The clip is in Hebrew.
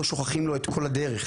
לא שוכחים לו את כל הדרך.